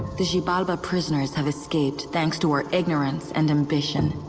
the xilbalba prisoners have escaped thanks to our ignorance and ambition.